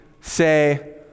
say